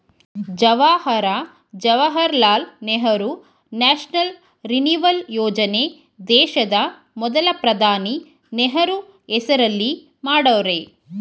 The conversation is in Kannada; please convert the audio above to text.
ಜವಾಹರ ಜವಾಹರ್ಲಾಲ್ ನೆಹರು ನ್ಯಾಷನಲ್ ರಿನಿವಲ್ ಯೋಜನೆ ದೇಶದ ಮೊದಲ ಪ್ರಧಾನಿ ನೆಹರು ಹೆಸರಲ್ಲಿ ಮಾಡವ್ರೆ